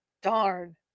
Darn